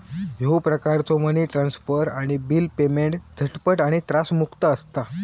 ह्यो प्रकारचो money transfer आणि बिल पेमेंट झटपट आणि त्रासमुक्त असता